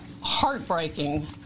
heartbreaking